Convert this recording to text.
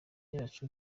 yacu